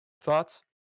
Thoughts